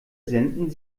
senden